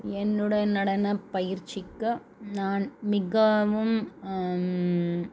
என்னுடைய நடனப்பயிற்சிக்கு நான் மிகவும்